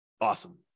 Awesome